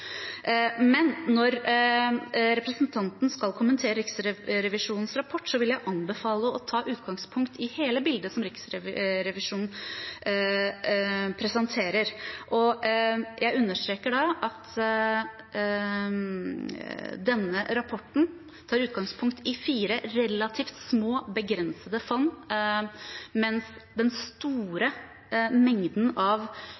Men når representanten skal kommentere Riksrevisjonens rapport, vil jeg anbefale å ta utgangspunkt i hele bildet som Riksrevisjonen presenterer. Jeg understreker at denne rapporten tar utgangspunkt i fire relativt små, begrensede fond, mens den store mengden av